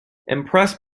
impressed